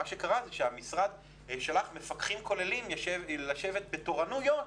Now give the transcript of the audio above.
מה שקרה זה שהמשרד שלח מפקחים כוללים לשבת בתורנויות